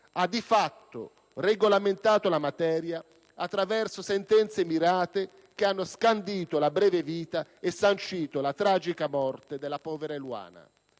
ha di fatto regolamentato la materia attraverso sentenze mirate che hanno scandito la breve vita e sancito la tragica morte della povera Eluana.